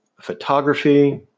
photography